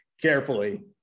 carefully